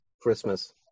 christmas